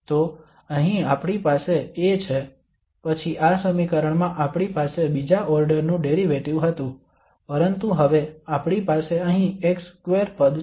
તો અહીં આપણી પાસે A છે પછી આ સમીકરણમાં આપણી પાસે બીજા ઓર્ડર નું ડેરિવેટિવ હતું પરંતુ હવે આપણી પાસે અહીં x2 પદ છે